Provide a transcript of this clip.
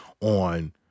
on